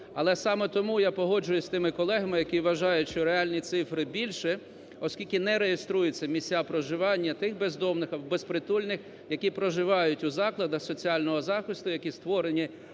Але саме тому я погоджуюсь з тими колегами, які вважають, що реальні цифри більші, оскільки не реєструються місця проживання тих бездомних, безпритульних, які проживають у закладах соціального захисту, які створені